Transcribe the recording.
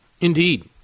Indeed